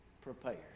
prepared